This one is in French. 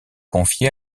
confiée